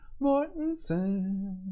Mortensen